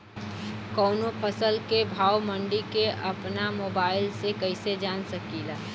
कवनो फसल के भाव मंडी के अपना मोबाइल से कइसे जान सकीला?